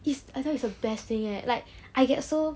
it's I tell you it's the best thing eh like I get so